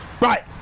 Right